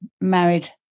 married